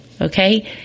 Okay